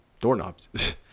doorknobs